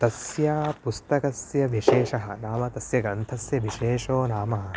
तस्य पुस्तकस्य विशेषः नाम तस्य ग्रन्थस्य विशेषो नाम